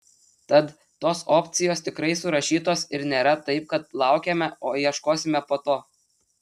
tad tos opcijos tikrai surašytos ir nėra taip kad laukiame o ieškosime po to